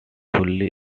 fully